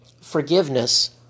forgiveness